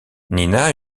nina